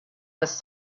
was